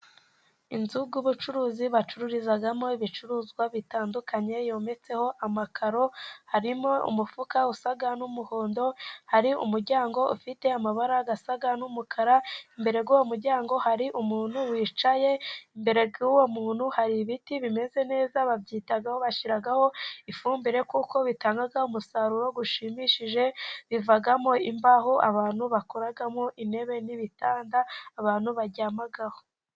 Inzu y'ubucuruzi bacururizamo ibicuruzwa bitandukanye .Yometseho amakaro, harimo umufuka usa n'umuhondo ,hari umuryango ufite amabara asa n'umukara . Imbere y'umuryango hari umuntu wicaye. Imbere y'uwo muntu hari ibiti bimeze neza, babyitaho, babishyiraho ifumbire kuko bitanga umusaruro ushimishije. Bivamo imbaho abantu bakoramo intebe n'ibitanda abantu baryamaho.